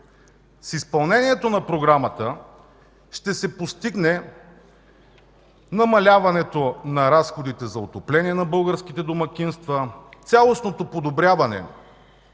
С изпълнението на Програмата ще се постигне намаляване на разходите за отопление на българските домакинства, цялостно подобряване